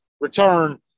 return